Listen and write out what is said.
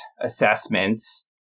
assessments